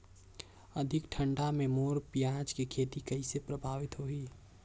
अधिक ठंडा मे मोर पियाज के खेती कइसे प्रभावित होही?